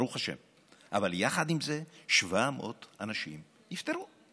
ברוך השם, אבל עם זה, 700 אנשים נפטרו.